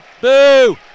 Boo